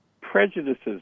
prejudices